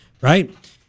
right